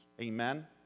Amen